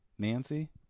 Nancy